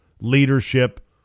leadership